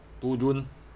two june